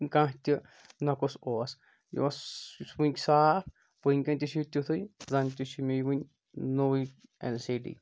کانٛہہ تہِ نۄقُس اوس یہِ اوس ؤنۍ صاف وٕنٛکین تہِ چھُ یہِ تِتُھے زن تہِ چھُ مےٚ ؤنۍ نوٚوُے ایل سی ڈی